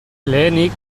lehenik